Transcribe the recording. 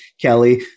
Kelly